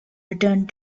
returned